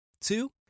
Two